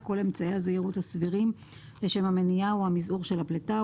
כל אמצעי הזהירות הסבירים לשם המניעה או המזעור של הפליטה,